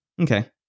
Okay